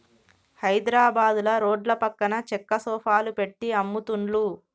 హైద్రాబాదుల రోడ్ల పక్కన చెక్క సోఫాలు పెట్టి అమ్ముతున్లు